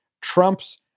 Trump's